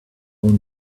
own